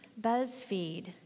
BuzzFeed